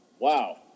Wow